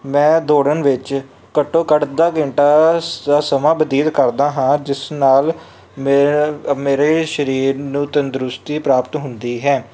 ਮੈਂ ਦੌੜਨ ਵਿੱਚ ਘੱਟੋ ਘੱਟ ਅੱਧਾ ਘੰਟਾ ਸ ਦਾ ਸਮਾਂ ਬਤੀਤ ਕਰਦਾ ਹਾਂ ਜਿਸ ਨਾਲ ਮੇਰ ਅ ਮੇਰੇ ਸਰੀਰ ਨੂੰ ਤੰਦਰੁਸਤੀ ਪ੍ਰਾਪਤ ਹੁੰਦੀ ਹੈ